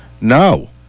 no